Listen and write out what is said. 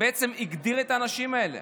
בעצם הגדיר את האנשים האלה.